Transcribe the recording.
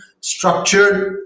structured